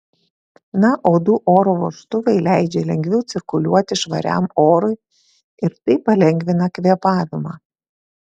na o du oro vožtuvai leidžia lengviau cirkuliuoti švariam orui ir taip palengvina kvėpavimą